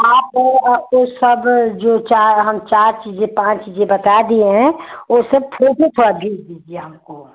आप वो सब जो चार हम चार चीजें पाँच चीजें बता दिए हैं वो सब फ़ोटो जरा भेज दीजिए हमको